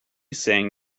saying